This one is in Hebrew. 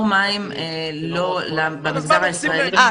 מים לא במגזר הישראלי ------ אה,